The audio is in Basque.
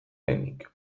denik